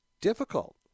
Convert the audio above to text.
difficult